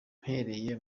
mpereye